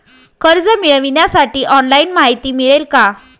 कर्ज मिळविण्यासाठी ऑनलाइन माहिती मिळेल का?